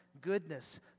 goodness